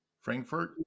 Frankfurt